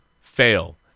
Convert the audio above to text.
Fail